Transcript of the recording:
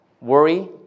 worry